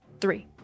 Three